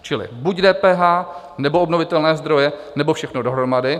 Čili buď DPH, nebo obnovitelné zdroje, nebo všechno dohromady.